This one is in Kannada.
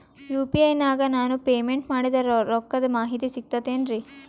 ಯು.ಪಿ.ಐ ನಾಗ ನಾನು ಪೇಮೆಂಟ್ ಮಾಡಿದ ರೊಕ್ಕದ ಮಾಹಿತಿ ಸಿಕ್ತಾತೇನ್ರೀ?